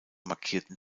markierten